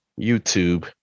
YouTube